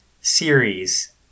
series